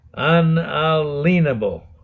Unalienable